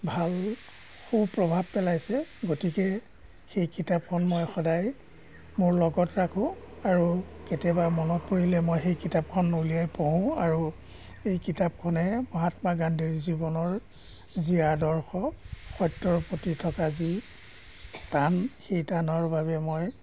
ভাল সু প্ৰভাৱ পেলাইছে গতিকে সেই কিতাপখন মই সদায় মোৰ লগত ৰাখোঁ আৰু কেতিয়াবা মনত পৰিলে মই সেই কিতাপখন উলিয়াই পঢ়োঁ আৰু এই কিতাপখনে মহাত্মা গান্ধীৰ জীৱনৰ যি আদৰ্শ সত্য়ৰ প্ৰতি থকা যি টান সেই টানৰ বাবে মই